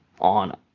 on